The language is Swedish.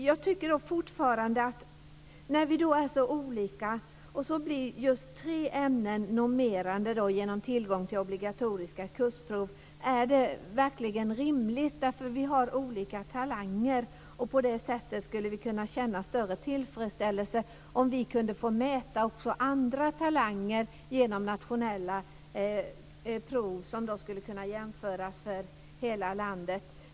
När vi nu är så olika är det då verkligen rimligt att tre ämnen blir normerande genom tillgång till obligatoriska kursprov? Vi har olika talanger. Vi skulle kunna känna större tillfredsställelse om vi kunde få mäta också andra talanger genom nationella prov, som skulle kunna jämföras för hela landet.